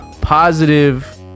positive